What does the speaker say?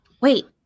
Wait